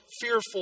fearful